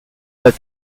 that